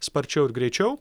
sparčiau ir greičiau